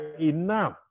enough